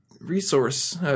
resource